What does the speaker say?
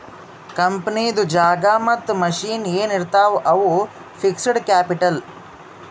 ಕಂಪನಿದು ಜಾಗಾ ಮತ್ತ ಮಷಿನ್ ಎನ್ ಇರ್ತಾವ್ ಅವು ಫಿಕ್ಸಡ್ ಕ್ಯಾಪಿಟಲ್